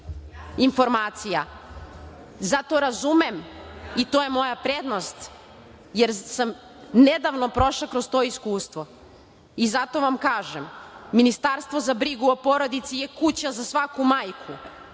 informacija. Zato razumem i to je moja prednost, jer sam nedavno prošla kroz to iskustvo i zato vam kažem da je Ministarstvo za brigu o porodici kuća za svaku majku,